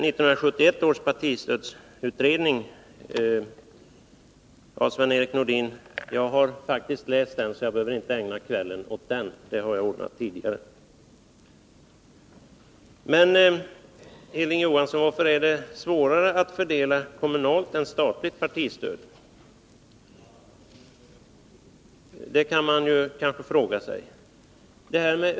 Jag har faktiskt läst 1971 års partistödsutredning, så jag behöver inte ägna kvällen åt den, Sven-Erik Nordin. Men, Hilding Johansson, varför är det svårare att fördela kommunalt partistöd än statligt partistöd? Det kan man kanske fråga sig.